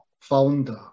founder